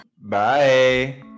bye